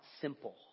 simple